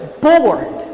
bored